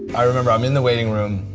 i remember, i'm in the waiting room,